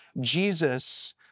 Jesus